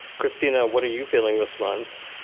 christina, what are you feeling this month?